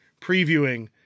previewing